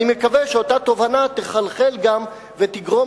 אני מקווה שאותה תובנה תחלחל וגם תגרום